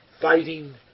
fighting